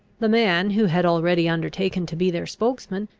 the man, who had already undertaken to be their spokesman,